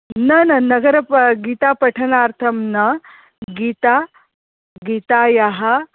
न न नगरे पा गीतापठनार्थं न गीता गीतायाः